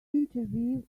interview